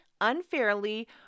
unfairly